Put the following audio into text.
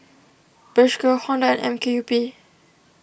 Bershka Honda and M K U P